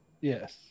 Yes